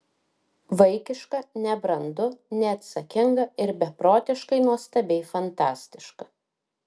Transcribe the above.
vaikiška nebrandu neatsakinga ir beprotiškai nuostabiai fantastiška